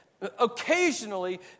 Occasionally